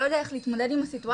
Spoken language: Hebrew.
לא יודע איך להתמודד עם הסיטואציה.